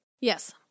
Yes